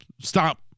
Stop